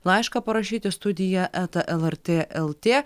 laišką parašyti studija eta lrt lt